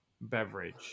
beverage